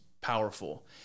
powerful